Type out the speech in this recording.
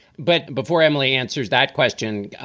but before emily answers that question,